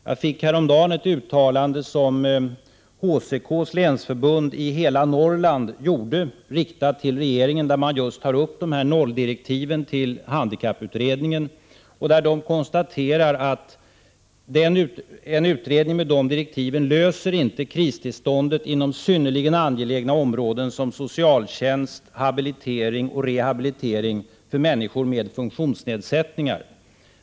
Jag fick häromdagen i min hand ett till regeringen riktat uttalande från 111 HCK:s länsförbund för Norrland, i vilket man tar upp nolldirektiven till handikapputredningen och konstaterar att en utredning med de direktiven inte kan göra slut på kristillståndet inom synnerligen angelägna områden som socialtjänst, habilitering och rehabilitering för människor med funktionsnedsättningar.